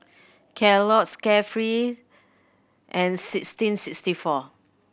Kellogg's Carefree and sixteen sixty four